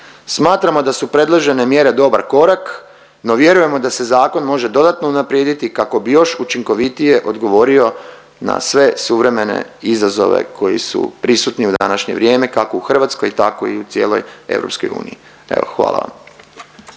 Smatramo da su predložene mjere dobar korak, no vjerujemo da se zakon može dodatno unaprijediti kako bi još učinkovitije odgovorio na sve suvremene izazove koji su prisutni u današnje vrijeme, kako u Hrvatskoj tako i u cijeloj EU. Evo, hvala vam.